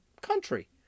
country